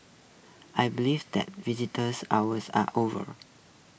I believe that visitors hours are over